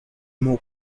more